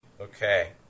Okay